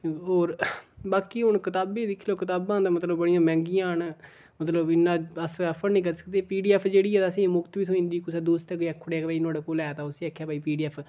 होर बाकी हून कताबें गी दिक्खी लैओ कताबां दा मतलब बनी गेआ मैंह्गियां न मतलब इन्ना अस अफोर्ड नेईं करी सकदे पी डी एफ जेह्ड़ी ऐ असेंगी मुफ्त बी थ्होई जंदी कुसै दोस्तै गी कोई आक्खी औड़ै कि भई नुहाड़ै कोल ऐ ते उस आखेआ कि भई पी डी एफ